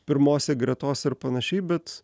pirmose gretose ar panašiai bet